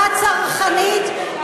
בחירה צרכנית,